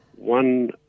One